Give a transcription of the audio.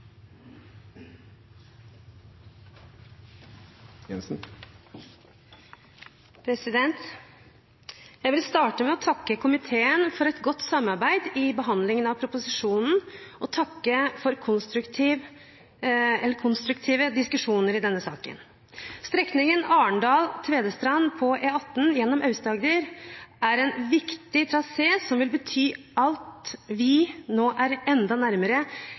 Jeg vil starte med å takke komiteen for et godt samarbeid i behandlingen av proposisjonen og takke for konstruktive diskusjoner i denne saken. Strekningen Arendal–Tvedestrand på E18 gjennom Aust-Agder er en viktig trasé som vil bety at vi nå er enda nærmere